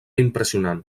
impressionant